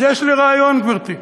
אז יש לי רעיון, גברתי.